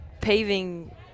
paving